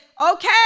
okay